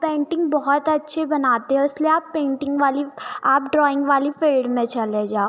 painting बहुत अच्छे बनाते हो इसलिए आप पेंटिंग वाली आप ड्राइंग वाली फील्ड में चले जाओ